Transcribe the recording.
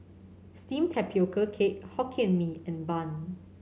steamed tapioca cake Hokkien Mee and bun